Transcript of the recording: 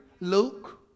Luke